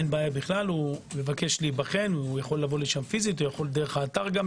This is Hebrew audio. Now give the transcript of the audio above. יכול להגיע פיזית או להזמין תור דרך האתר.